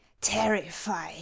terrify